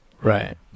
Right